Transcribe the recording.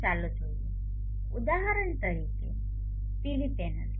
તો ચાલો લઈએ ઉદાહરણ તરીકે પીવી પેનલ